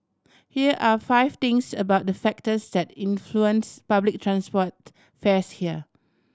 here are five things about the factors that influence public transport fares here